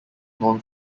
known